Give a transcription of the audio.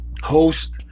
host